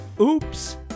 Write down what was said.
oops